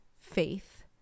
faith